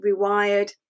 Rewired